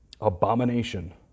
abomination